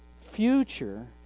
future